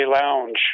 Lounge